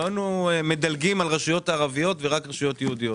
לא היינו מדלגים על רשויות ערביות ונותנים רק לרשויות יהודיות.